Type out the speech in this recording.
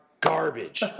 garbage